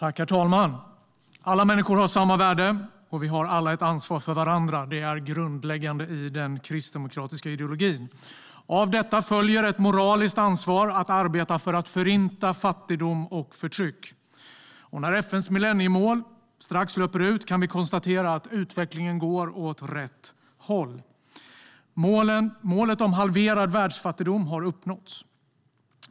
Herr talman! Alla människor har samma värde, och vi har alla ett ansvar för varandra. Det är grundläggande i den kristdemokratiska ideologin. Av detta följer ett moraliskt ansvar att arbeta för att förinta fattigdom och förtryck. När FN:s millenniemål snart löper ut kan vi konstatera att utvecklingen går åt rätt håll. Målet om en halverad världsfattigdom har uppnåtts.